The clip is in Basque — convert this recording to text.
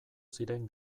ziren